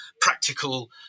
practical